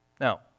Now